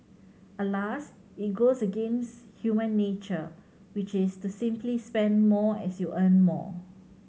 alas it goes against human nature which is to simply spend more as you earn more